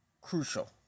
crucial